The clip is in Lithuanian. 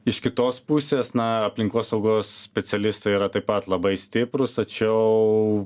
iš kitos pusės na aplinkosaugos specialistai yra taip pat labai stiprūs tačiau